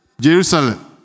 Jerusalem